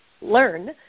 learn